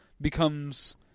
becomes